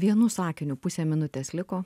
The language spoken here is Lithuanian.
vienu sakiniu pusė minutės liko